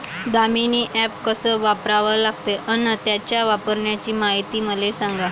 Damini app कस वापरा लागते? अन त्याच्या वापराची मायती मले सांगा